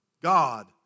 God